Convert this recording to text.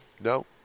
No